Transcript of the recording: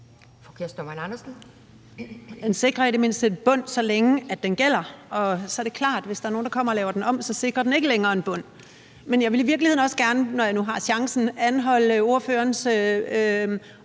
Kirsten Normann Andersen (SF): Den sikrer i det mindste en bund, så længe den gælder. Men så er det klart, at hvis der er nogen, der kommer og laver den om, sikrer den ikke længere en bund. Men jeg ville i virkeligheden også gerne, når jeg nu har chancen, anholde ordførerens